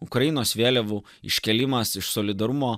ukrainos vėliavų iškėlimas iš solidarumo